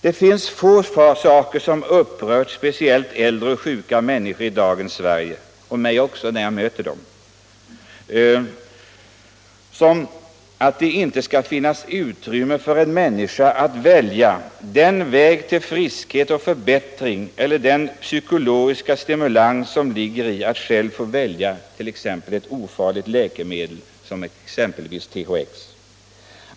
Det finns få saker som så upprört speciellt äldre och sjuka människor i dagens Sverige — och även mig när jag mött dessa människor — som att det inte skall finnas utrymme för en människa att få välja den väg till friskhet och förbättring eller till psykologisk stimulans som ligger i att använda ett ofarligt preparat, exempelvis THX.